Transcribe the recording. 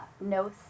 no